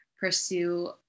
pursue